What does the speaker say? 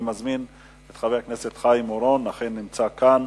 אני מזמין את חבר הכנסת חיים אורון, שכן נמצא כאן,